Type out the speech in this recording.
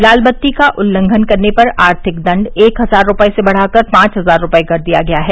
लालबत्ती का उल्लंघन करने पर आर्थिक दंड एक हजार रुपये से बढ़ाकर पांच हजार रुपये कर दिया गया है